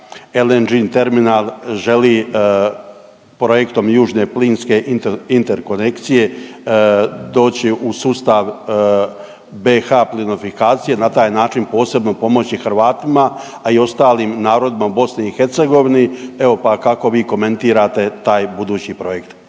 LNG terminal želi projektom južne plinske interkonekcije doći u sustav BIH plinofikacije, na taj način posebno pomoći Hrvatima, a i ostalim narodima u BIH, evo pa kako vi komentirate taj budući projekt.